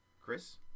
Chris